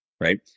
Right